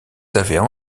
avaient